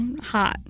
Hot